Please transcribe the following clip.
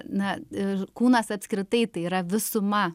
na ir kūnas apskritai tai yra visuma